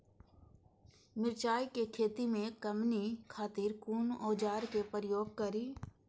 मिरचाई के खेती में कमनी खातिर कुन औजार के प्रयोग करी?